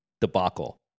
debacle